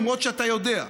למרות שאתה יודע: